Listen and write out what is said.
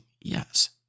Yes